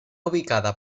ubicada